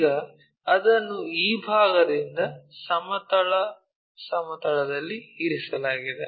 ಈಗ ಅದನ್ನು ಈ ಭಾಗದಿಂದ ಸಮತಲ ಸಮತಲದಲ್ಲಿ ಇರಿಸಲಾಗಿದೆ